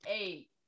eight